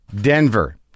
Denver